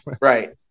Right